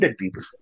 people